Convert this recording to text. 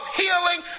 healing